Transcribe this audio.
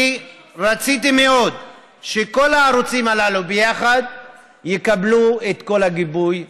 אני רציתי מאוד שכל הערוצים הללו ביחד יקבלו את כל הגיבוי,